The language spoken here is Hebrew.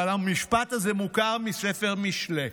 אבל המשפט הזה מוכר מספר משלי.